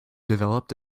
developed